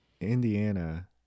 Indiana